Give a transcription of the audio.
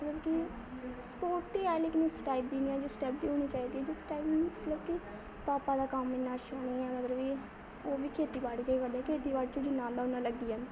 मतलब कि स्पोर्टिंग ऐ लेकिन उस टाइप दी निं ऐ जिस टाइप दी होनी चाहिदी जिस टाइप दी मतलब भापा दा कम्म इ'न्ना शैल निं ऐ ओह् खेती बाड़ी गै करदे न खेती बाड़ी चों जि'न्ना आंदा उ'न्ना लग्गी जन्दा